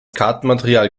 kartenmaterial